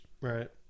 right